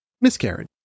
miscarriage